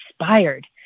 inspired